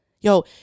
Yo